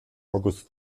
august